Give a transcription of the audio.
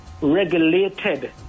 regulated